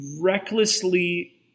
recklessly